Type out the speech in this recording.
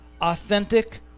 authentic